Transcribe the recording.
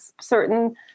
certain